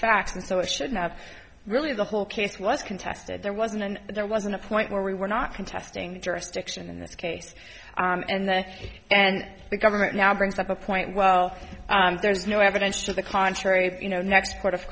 facts and so it shouldn't have really the whole case was contested there wasn't an there wasn't a point where we were not contesting the jurisdiction in this case and then and the government now brings up a point well there's no evidence to the contrary you know next